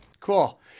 Cool